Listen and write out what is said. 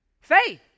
Faith